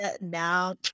now